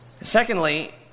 Secondly